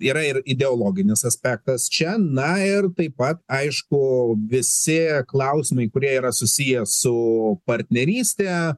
yra ir ideologinis aspektas čia na ir taip pat aišku visi klausimai kurie yra susiję su partneryste